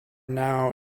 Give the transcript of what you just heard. now